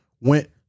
went